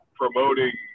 promoting